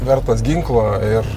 vertas ginklo ir